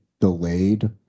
delayed